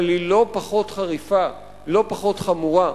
אבל היא לא פחות חריפה, לא פחות חמורה.